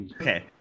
Okay